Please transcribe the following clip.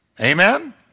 Amen